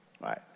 Right